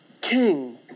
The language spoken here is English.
king